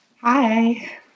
Hi